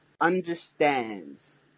understands